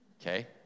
okay